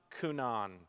Kunan